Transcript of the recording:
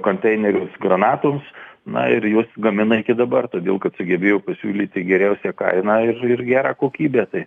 konteinerius granatoms na ir juos gamina iki dabar todėl kad sugebėjo pasiūlyti geriausią kainą ir ir gerą kokybę tai